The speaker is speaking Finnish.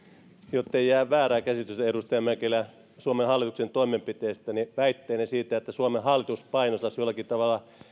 jottei jää väärää käsitystä edustaja mäkelä suomen hallituksen toimenpiteistä niin väitteenne siitä että suomen hallitus painostaisi jollakin tavalla